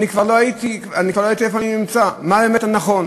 אני כבר לא יודע איפה אני נמצא, מה האמת, הנכון.